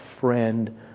friend